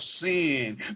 sin